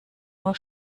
nur